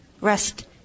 Rest